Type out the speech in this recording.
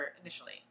initially